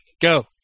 Go